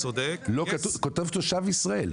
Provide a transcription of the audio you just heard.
כתוב 'תושב ישראל',